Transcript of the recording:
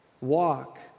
Walk